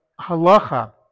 Halacha